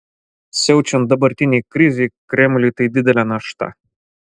siaučiant dabartinei krizei kremliui tai didelė našta